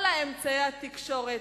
כל אמצעי התקשורת,